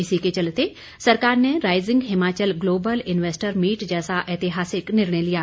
इसी के चलते सरकार ने rising Himachal global investor meet जैसा ऐतिहासिक निर्णय लिया